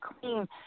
clean